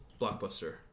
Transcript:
Blockbuster